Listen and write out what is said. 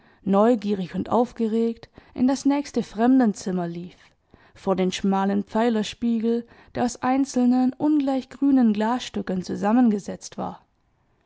neugierig und aufgeregt in das nächste fremdenzimmer lief vor den schmalen pfeilerspiegel der aus einzelnen ungleich grünen glasstücken zusammengesetzt war